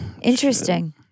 Interesting